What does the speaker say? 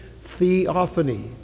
Theophany